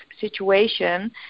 situation